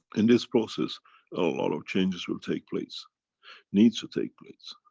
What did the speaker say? in this process a lot of changes will take place needs to take place.